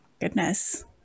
goodness